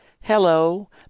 Hello